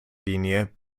linie